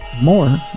more